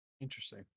interesting